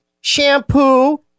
shampoo